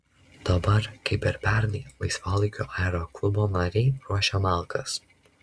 dabar kaip ir pernai laisvalaikiu aeroklubo nariai ruošia malkas